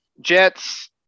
Jets